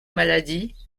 maladies